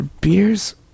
Beers